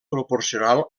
proporcional